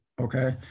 Okay